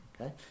Okay